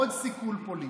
עוד סיכול פוליטי.